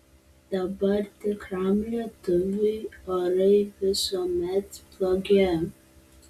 dabar tikram lietuviui orai visuomet blogi